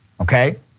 okay